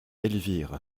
elvire